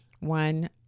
One